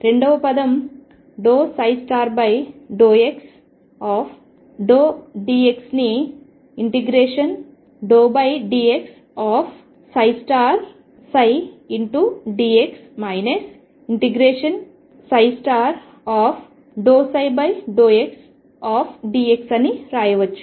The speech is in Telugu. రెండవ పదం ∂xψdx ని ∫∂xdx ∫∂ψ∂xdx అని రాయవచ్చు